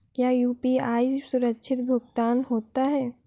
क्या यू.पी.आई सुरक्षित भुगतान होता है?